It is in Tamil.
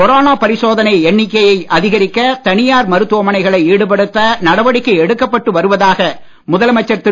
கொரோனா பரிசோதனை எண்ணிக்கையை அதகரிக்க தனியார் மருத்துமனைகளை ஈடுபடுத்த நடவடிக்கை எடுக்கப்பட்டு வருவதாக முதலமைச்சர் திரு